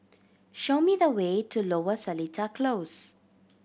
show me the way to Lower Seletar Close